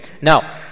now